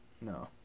No